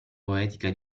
poetica